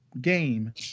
Game